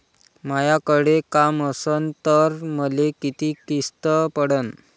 मायाकडे काम असन तर मले किती किस्त पडन?